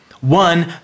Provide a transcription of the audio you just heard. One